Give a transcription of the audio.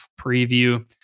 Preview